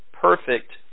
perfect